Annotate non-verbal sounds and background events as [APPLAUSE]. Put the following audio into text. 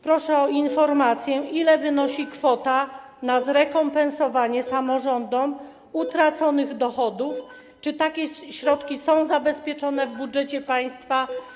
Proszę o informację, ile wynosi kwota na [NOISE] zrekompensowanie samorządom utraconych dochodów, czy takie środki są zabezpieczone w budżecie państwa.